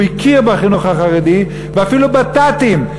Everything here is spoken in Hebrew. הוא הכיר בחינוך החרדי ואפילו בת"תים.